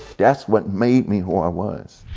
that's what made me who i was.